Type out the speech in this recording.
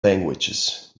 languages